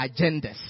agendas